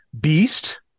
Beast